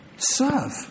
Serve